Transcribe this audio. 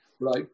right